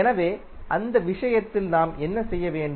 எனவே அந்த விஷயத்தில் நாம் என்ன செய்ய வேண்டும்